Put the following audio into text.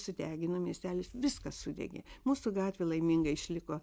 sudegino miestelis viskas sudegė mūsų gatvė laimingai išliko